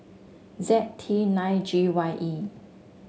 Z T nine G Y E